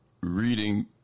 reading